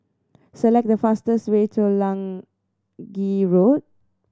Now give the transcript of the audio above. select the fastest way to Lange Road